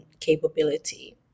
capability